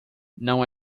não